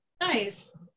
Nice